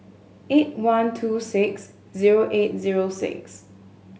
eight one two six zero eight zero six